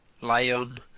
Lion